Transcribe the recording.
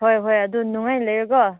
ꯍꯣꯏ ꯍꯣꯏ ꯑꯗꯨ ꯅꯨꯡꯉꯥꯏꯅ ꯂꯩꯌꯨꯀꯣ